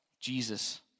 Jesus